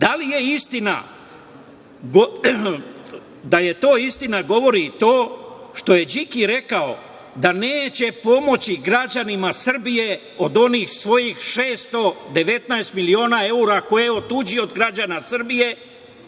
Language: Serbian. li je istina, da je to istina govori i to što je Điki rekao da neće pomoći građanima Srbije od onih svojih 619 miliona evra koje je otuđio od građana Srbije